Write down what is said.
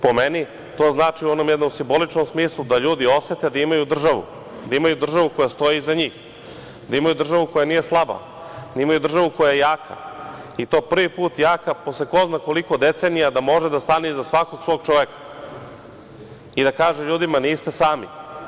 Po meni, to znači u onom jednom simboličnom smislu da ljudi osete da imaju državu, da imaju državu koja stoji iza njih, da imaju državu koja nije slaba, da imaju državu koja je jaka, i to prvi put jaka posle ko zna koliko decenija da može da stane iza svakog svog čoveka i da kaže ljudima – niste sami.